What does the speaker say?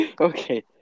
Okay